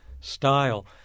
style